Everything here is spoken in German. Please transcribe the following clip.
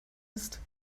ist